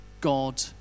God